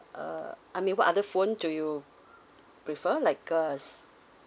uh I mean what other phone do you prefer like a